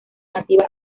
masiva